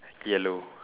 yellow